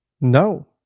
No